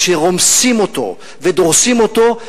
כשרומסים אותו ודורסים אותו,